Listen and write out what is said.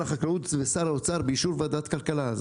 החקלאות ושר האוצר באישור ועדת הכלכלה.